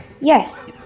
Yes